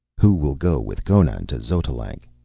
who will go with conan to xotalanc?